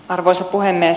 arvoisa puhemies